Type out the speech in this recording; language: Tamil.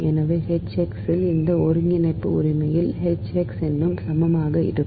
எனவே H x இல் இந்த ஒருங்கிணைப்பு உண்மையில் H x எங்கும் சமமாக இருக்கும்